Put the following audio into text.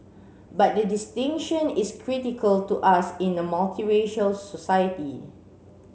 but the distinction is critical to us in a multiracial society